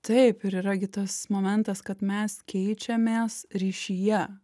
taip ir yra gi tas momentas kad mes keičiamės ryšyje